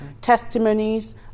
testimonies